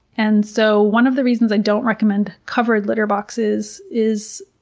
and so one of the reasons i don't recommend covered litter boxes is,